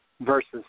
versus